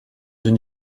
une